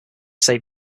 save